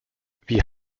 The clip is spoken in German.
wie